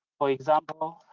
for example,